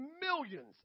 millions